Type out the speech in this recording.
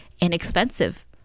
inexpensive